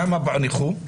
כמה פוענחו?